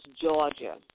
Georgia